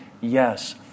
Yes